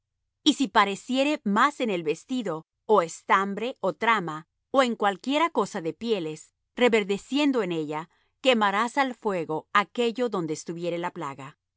y si apareciere más en el vestido ó estambre ó trama ó en cualquiera cosa de pieles reverdeciendo en ella quemarás al fuego aquello donde estuviere la plaga